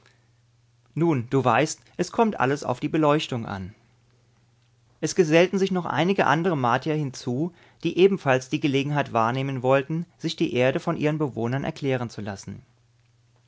nun du weißt es kommt alles auf die beleuchtung an es gesellten sich noch einige andere martier hinzu die ebenfalls die gelegenheit wahrnehmen wollten sich die erde von ihren bewohnern erklären zu lassen